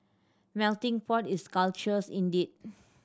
melting pot is cultures indeed